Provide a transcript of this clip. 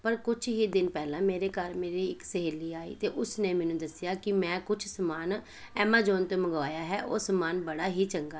ਪਰ ਕੁਛ ਹੀ ਦਿਨ ਪਹਿਲਾਂ ਮੇਰੇ ਘਰ ਮੇਰੇ ਇੱਕ ਸਹੇਲੀ ਆਈ ਅਤੇ ਉਸ ਨੇ ਮੈਨੂੰ ਦੱਸਿਆ ਕਿ ਮੈਂ ਕੁਛ ਸਮਾਨ ਐਮਾਜੋਨ ਤੋਂ ਮੰਗਵਾਇਆ ਹੈ ਉਹ ਸਮਾਨ ਬੜਾ ਹੀ ਚੰਗਾ ਹੈ